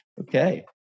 Okay